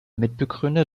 mitbegründer